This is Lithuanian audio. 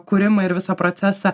kūrimą ir visą procesą